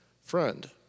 Friend